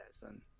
son